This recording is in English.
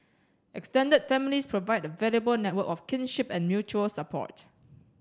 extended families provide a valuable network of kinship and mutual support